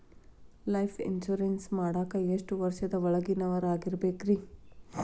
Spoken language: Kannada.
ಲೈಫ್ ಇನ್ಶೂರೆನ್ಸ್ ಮಾಡಾಕ ಎಷ್ಟು ವರ್ಷದ ಒಳಗಿನವರಾಗಿರಬೇಕ್ರಿ?